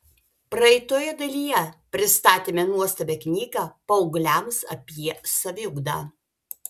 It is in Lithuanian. praeitoje dalyje pristatėme nuostabią knygą paaugliams apie saviugdą